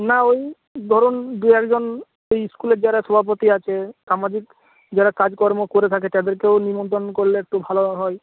না ওই ধরুন দু এক জন ওই স্কুলের যারা সভাপতি আছে আমাদের যারা কাজকর্ম করে থাকে তাদেরকেও নিমন্ত্রণ করলে একটু ভালো হয়